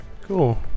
Cool